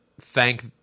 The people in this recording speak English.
thank